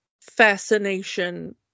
fascination